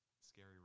scary